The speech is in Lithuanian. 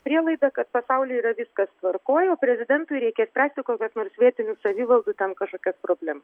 prielaida kad pasaulyje yra viskas tvarkoj o prezidentui reikia spręsti kokias nors vietinių savivaldų ten kažkokias problemas